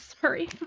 Sorry